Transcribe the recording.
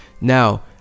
Now